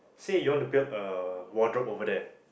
say you want to build a wardrobe over there